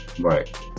Right